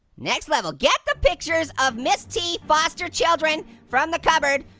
next level, get the pictures of miss t foster children from the cupboard,